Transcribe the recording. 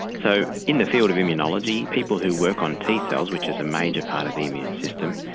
so in the field of immunology, people who work on t-cells which is a major part of the immune system,